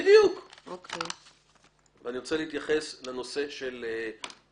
אני לא רוצה להתחיל חקיקה פרטית בנושא,